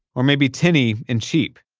or maybe tinny, and cheap